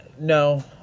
no